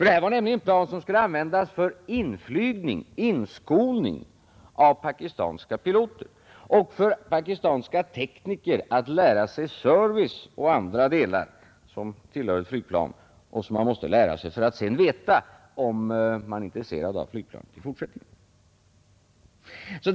Detta var nämligen plan som skulle användas för inflygning, inskolning av pakistanska piloter och för att pakistanska tekniker skulle lära sig service och annat som tillhör ett flygplan och som man måste lära sig för att sedan veta om man är intresserad av flygplanet i fortsättningen.